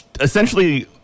essentially